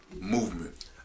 movement